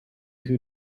who